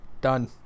Done